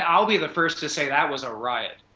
um will be the first to say, that was a riot.